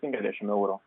penkiasdešimt eurų